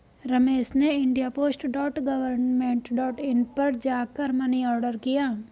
रमेश ने India post dot government dot in पर जा कर मनी ऑर्डर किया